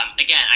Again